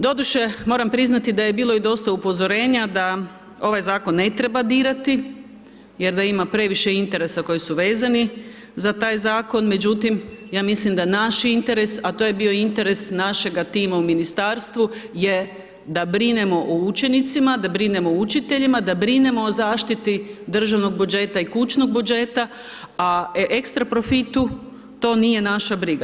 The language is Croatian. Doduše, moram priznati i da je bilo dosta upozorenja da ovaj zakon ne treba dirati jer da ima previše interesa koji su vezani za taj zakon, međutim ja mislim da naš interes, a to je bio interes našega tima u ministarstvu je da brinemo o učenicima, da brinemo o učiteljima, da brinemo o zaštiti državnog budžeta i kućnog budžeta, a ekstra profitu to nije naša briga.